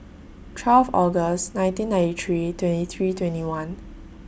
twelve August nineteen ninety three twenty three twenty one